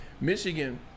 Michigan